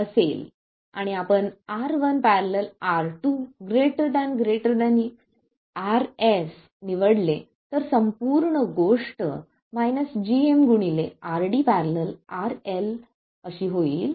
आणि आपण R1 ║ R2 Rs निवडले तर संपूर्ण गोष्ट gm RD ║RL होईल